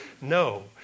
no